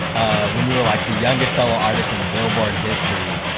ah when you were like the youngest solo artist in billboard history,